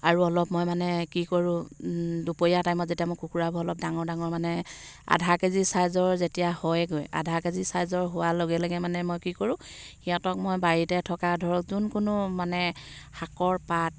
আৰু অলপ মই মানে কি কৰোঁ দুপৰীয়া টাইমত যেতিয়া মই কুকুৰাবোৰ অলপ ডাঙৰ ডাঙৰ মানে আধা কে জি চাইজৰ যেতিয়া হয়গৈ আধা কে জি চাইজৰ হোৱাৰ লগে লগে মানে মই কি কৰোঁ সিহঁতক মই বাৰীতে থকা ধৰক যোন কোনো মানে শাকৰ পাত